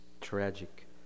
tragic